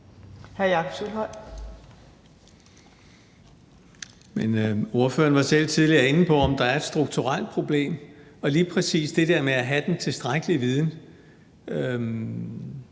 Hr. Jakob Sølvhøj.